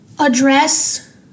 address